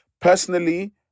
Personally